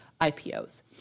IPOs